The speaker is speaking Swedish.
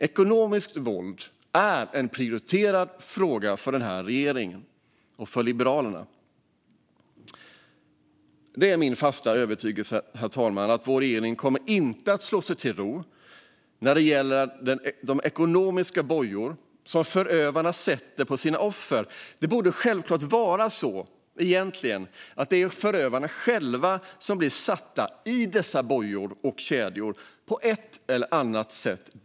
Ekonomiskt våld är en prioriterad fråga för den här regeringen och för Liberalerna. Det är, herr talman, min fasta övertygelse att vår regering inte kommer att slå sig till ro när det gäller de ekonomiska bojor som förövarna sätter på sina offer. Det borde självklart egentligen vara förövarna själva som blir satta i dessa bojor och kedjor, på ett eller annat sätt.